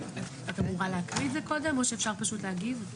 את אמורה להקריא את זה קודם או שאפשר פשוט להגיב?